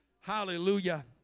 Hallelujah